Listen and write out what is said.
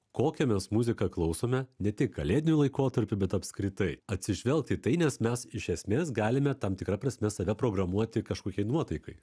kokią mes muziką klausome ne tik kalėdiniu laikotarpiu bet apskritai atsižvelgt į tai nes mes iš esmės galime tam tikra prasme save programuoti kažkokiai nuotaikai